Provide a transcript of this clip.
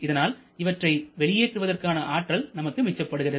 இதனால் இவற்றை வெளியேற்றுவதற்கான ஆற்றல் நமக்கு மிச்சப்படுகிறது